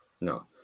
no